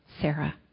Sarah